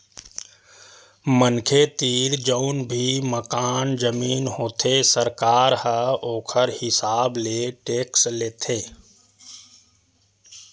मनखे तीर जउन भी मकान, जमीन होथे सरकार ह ओखर हिसाब ले टेक्स लेथे